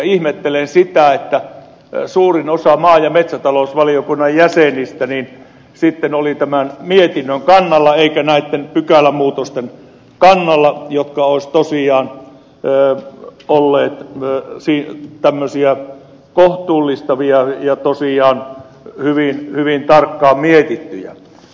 ihmettelen sitä että suurin osa maa ja metsätalousvaliokunnan jäsenistä oli tämän mietinnön kannalla eikä näitten pykälämuutosten kannalla jotka olisivat tosiaan pöö olla että siihen että asialla olleet kohtuullistavia ja tosiaan hyvin tarkkaan mietittyjä